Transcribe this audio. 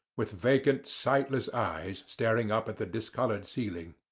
with vacant sightless eyes staring up at the discoloured ceiling.